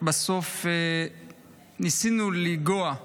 בסוף ניסינו לגעת